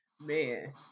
Man